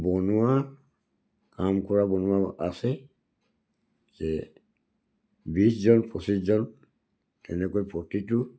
বনোৱা কাম কৰা বনোৱা আছে যে বিছজন পঁচিছজন তেনেকৈ প্ৰতিটো